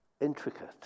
intricate